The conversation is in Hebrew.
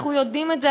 אנחנו יודעים את זה,